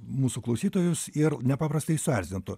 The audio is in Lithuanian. mūsų klausytojus ir nepaprastai suerzintų